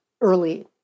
early